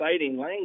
language